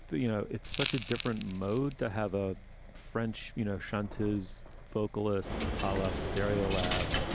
you know, it's such a different mode to have a french, you know, shanties, vocalist, alla stereo lab,